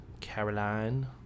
Caroline